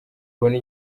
abone